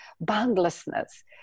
boundlessness